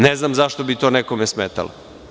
Ne znam zašto bi to nekome smetalo.